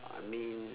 I mean